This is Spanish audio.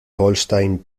holstein